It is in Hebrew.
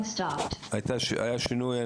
היה שינוי,